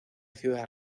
ciudad